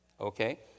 okay